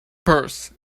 purse